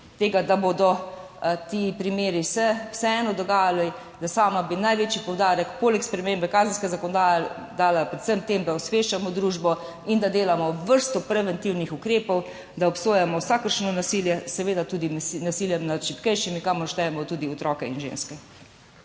se bodo ti primeri vseeno dogajali. Sama bi največji poudarek poleg spremembe kazenske zakonodaje dala predvsem na to, da ozaveščamo družbo in da delamo vrsto preventivnih ukrepov, da obsojamo vsakršno nasilje, seveda tudi nasilje nad šibkejšimi, kamor štejemo tudi otroke in ženske.